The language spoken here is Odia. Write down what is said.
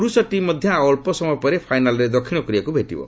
ପୁରୁଷ ଟିମ୍ ମଧ୍ୟ ଆଉ ଅଳ୍ପ ସମୟ ପରେ ଫାଇନାଲ୍ରେ ଦକ୍ଷିଣକୋରିଆକୁ ଭେଟିବ